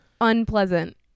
unpleasant